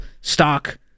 stock